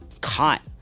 caught